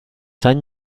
han